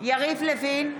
יריב לוין,